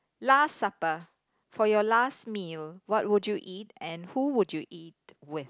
last supper for your last meal what would you eat and who would you eat with